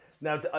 Now